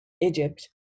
Egypt